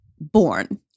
born